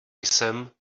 jsem